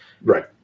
right